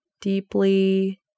deeply